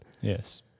Yes